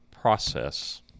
process